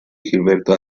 gilberto